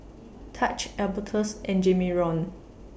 Taj Albertus and Jamarion